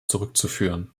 zurückzuführen